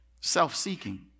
self-seeking